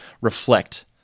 reflect